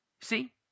see